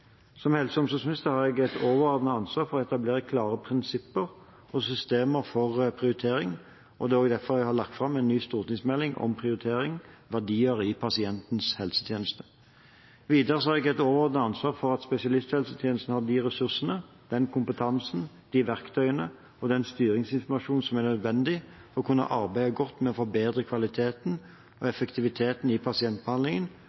Som helse- og omsorgsminister har jeg et overordnet ansvar for å etablere klare prinsipper og systemer for prioritering, og jeg har derfor lagt fram en ny stortingsmelding om prioritering – Verdier i pasientens helsetjeneste. Videre har jeg et overordnet ansvar for at spesialisthelsetjenesten har de ressursene, den kompetansen, de verktøyene og den styringsinformasjonen som er nødvendig for å kunne arbeide godt med å forbedre kvaliteten og